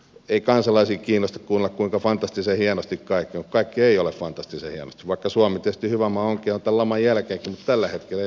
ei kansalaisia kiinnosta kuunnella kuinka fantastisen hienosti kaikki on kun kaikki ei ole fantastisen hienosti vaikka suomi tietysti hyvä maa onkin ja on tämän laman jälkeenkin mutta tällä hetkellä ei mene todellakaan hyvin